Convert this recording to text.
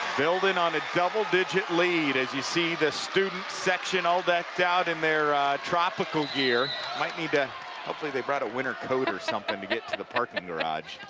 building on a double-digit lead as you see the student section all decked out in their tropicalgear. might need to hopefully they brought a winter coat or something to get to the parking and garage.